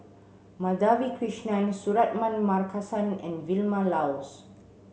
Madhavi Krishnan Suratman Markasan and Vilma Laus